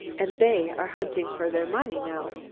and they are hunting for their money now.